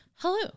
Hello